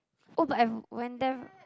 oh but I have went there